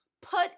Put